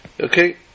Okay